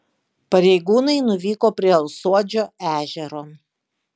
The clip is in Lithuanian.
pareigūnai nuvyko prie alsuodžio ežero